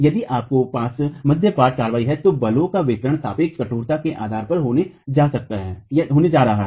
यदि आपके पास मध्यपट कार्रवाई है तो बलों का वितरण सापेक्ष कठोरता के आधार पर होने जा रहा है